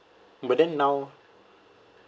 but then now